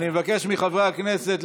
אני מבקש מחברי הכנסת,